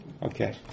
Okay